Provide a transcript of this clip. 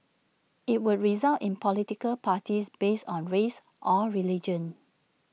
IT would result in political parties based on race or religion